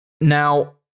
Now